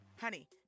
honey